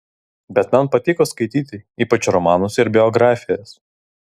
bet man patiko skaityti ypač romanus ir biografijas